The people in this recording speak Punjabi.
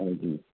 ਹਾਂਜੀ